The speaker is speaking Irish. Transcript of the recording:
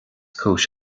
cúis